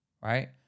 right